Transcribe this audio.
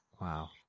Wow